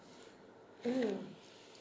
mm